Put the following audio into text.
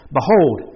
Behold